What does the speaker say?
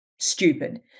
stupid